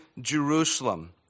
Jerusalem